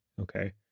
Okay